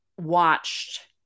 watched